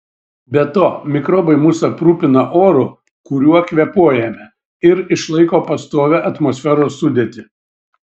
be to mikrobai mus aprūpina oru kuriuo kvėpuojame ir išlaiko pastovią atmosferos sudėtį